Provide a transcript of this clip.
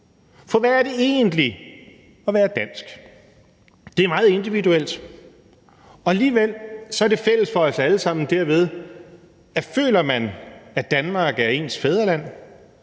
For hvad er det egentlig at være dansk? Det er meget individuelt, og alligevel er det fælles for os alle sammen derved, at føler man, at Danmark er ens fædreland,